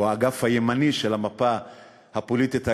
שהוא האגף הימני של המפה הפוליטית הישראלית: